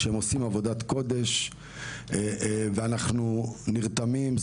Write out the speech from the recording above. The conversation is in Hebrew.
שהם עושים עבודת קודש ואנחנו נרתמים.